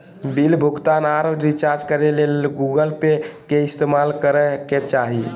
bill भुगतान आर recharge करे ले गूगल पे के इस्तेमाल करय के चाही